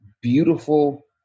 beautiful